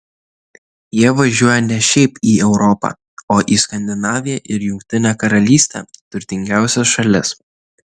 jie važiuoja ne šiaip į europą o į skandinaviją ir jungtinę karalystę turtingiausias šalis